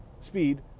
speed